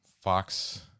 Fox